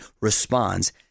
responds